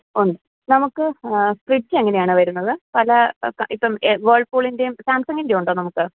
ഉണ്ട് നമുക്ക് ഫ്രിഡ്ജെങ്ങനെയാണ് വരുന്നത് പല ഇപ്പം വേൾപ്പൂളിൻറ്റേം സാംസങ്ങിൻറ്റെയുമുണ്ടോ നമുക്ക്